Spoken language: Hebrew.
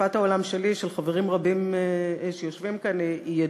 השקפת העולם שלי ושל חברים רבים שיושבים כאן ידועה,